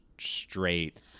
straight